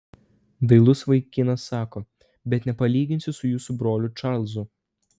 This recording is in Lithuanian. dailus vaikinas sako bet nepalyginsi su jūsų broliu čarlzu